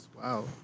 Wow